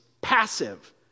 passive